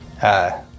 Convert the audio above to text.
Hi